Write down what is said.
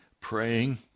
praying